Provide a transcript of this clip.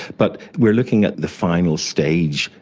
but we are looking at the final stage,